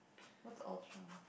what's Ultron